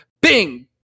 Bing